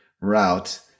route